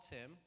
Tim